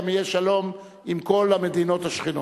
גם יהיה שלום עם כל המדינות השכנות.